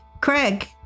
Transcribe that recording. Craig